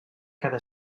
cada